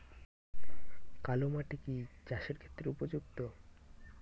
কালো মাটি কি চাষের ক্ষেত্রে উপযুক্ত?